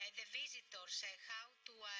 and the visitors how to